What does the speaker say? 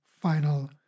final